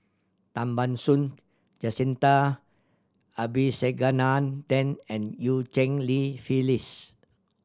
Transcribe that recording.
Tan Ban Soon Jacintha Abisheganaden and Eu Cheng Li Phyllis